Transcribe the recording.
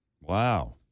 Wow